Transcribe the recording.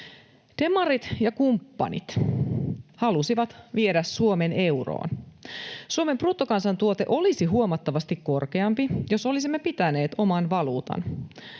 Demarit ja kumppanit halusivat viedä Suomen euroon. Suomen bruttokansantuote olisi huomattavasti korkeampi, jos olisimme pitäneet oman valuutan.